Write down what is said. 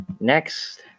next